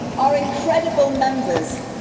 our incredible members.